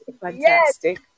Fantastic